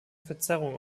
verzerrungen